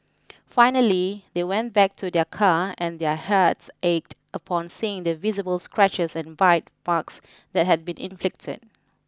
finally they went back to their car and their hearts ached upon seeing the visible scratches and bite marks that had been inflicted